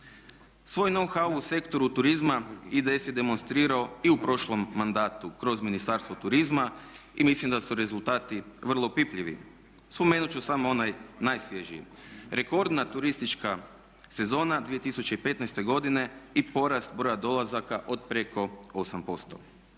Svoj know how u sektoru turizma IDS je demonstrirao i u prošlom mandatu kroz Ministarstvo turizma i mislim da su rezultati vrlo opipljivi. Spomenut ću samo onaj najsvježiji, rekordna turistička sezona 2015. godine i porast broja dolazaka od preko 8%.